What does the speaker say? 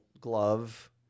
glove